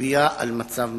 מצביעה על מצב מדאיג.